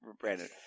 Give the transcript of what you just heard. Brandon